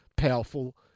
Powerful